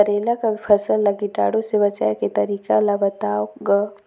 करेला कर फसल ल कीटाणु से बचाय के तरीका ला बताव ग?